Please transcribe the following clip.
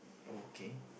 okay